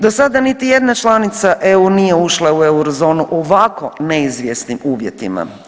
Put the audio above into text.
Do sada niti jedna članica EU nije ušla u eurozonu u ovako neizvjesnim uvjetima.